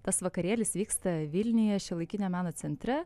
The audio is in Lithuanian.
tas vakarėlis vyksta vilniuje šiuolaikinio meno centre